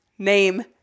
name